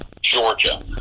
Georgia